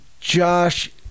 josh